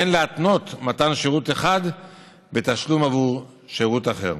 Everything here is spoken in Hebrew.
אין להתנות מתן שירות אחד בתשלום עבור שירות אחר.